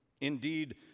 Indeed